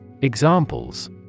Examples